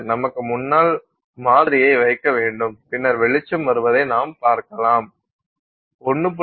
நமக்கு முன்னால் மாதிரியை வைக்க வேண்டும் பின்னர் வெளிச்சம் வருவதை நாம் பார்க்கலாம் 1